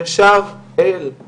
ישר אל;